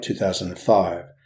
2005